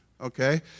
okay